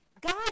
God